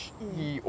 mm